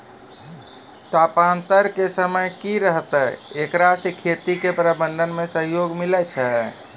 तापान्तर के समय की रहतै एकरा से खेती के प्रबंधन मे सहयोग मिलैय छैय?